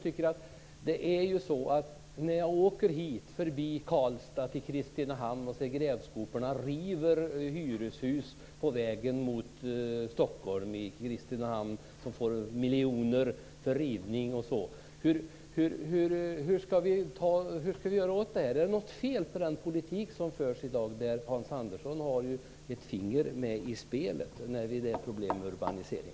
När jag åker förbi Karlstad och Kristinehamn ser jag grävskoporna riva hyreshus längs vägen mot Stockholm. I Kristinehamn får man miljoner för rivning. Vad ska vi göra åt detta? Är det något fel på den politik som förs i dag, där Hans Andersson har ett finger med i spelet? Det gäller problem med urbanisering.